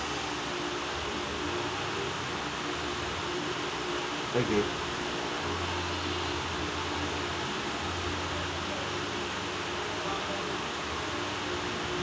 okay